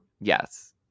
Yes